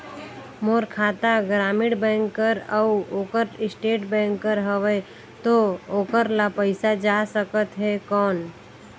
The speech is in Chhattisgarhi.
मोर खाता ग्रामीण बैंक कर अउ ओकर स्टेट बैंक कर हावेय तो ओकर ला पइसा जा सकत हे कौन?